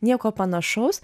nieko panašaus